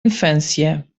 infância